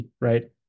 right